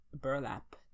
burlap